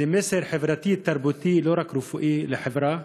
זה מסר חברתי-תרבותי, לא רק רפואי, לחברה,